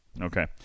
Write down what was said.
Okay